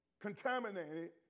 contaminated